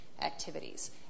activities